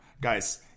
Guys